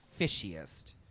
fishiest